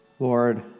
Lord